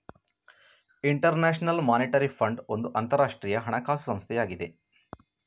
inter national monetary fund ಒಂದು ಅಂತರಾಷ್ಟ್ರೀಯ ಹಣಕಾಸು ಸಂಸ್ಥೆಯಾಗಿದೆ